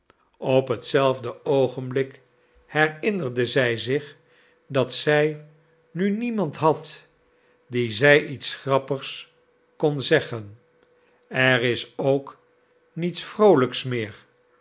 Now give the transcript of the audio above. op hetzelfde oogenblik herinnerde zij zich dat zij nu niemand had dien zij iets grappigs kon zeggen er is ook niets vroolijks meer